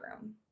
room